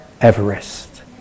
Everest